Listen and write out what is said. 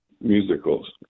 musicals